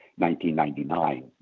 1999